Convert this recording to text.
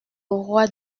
roi